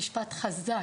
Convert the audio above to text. אין לכם מושג.